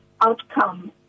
outcome